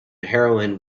heroin